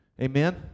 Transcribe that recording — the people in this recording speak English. Amen